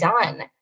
done